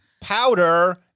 Powder